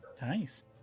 Nice